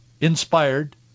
inspired